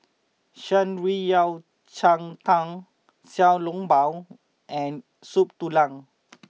Shan Rui Yao Cai Tang Xiao Long Bao and Soup Tulang